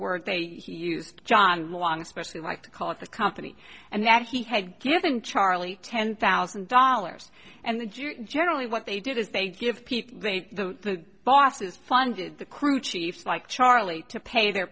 word they used john long especially like to call it a company and that he had given charlie ten thousand dollars and the generally what they did is they give people the bosses funded the crew chiefs like charlie to pay their